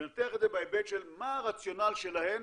לנתח את זה בהיבט של מה הרציונל שלהם